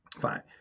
Fine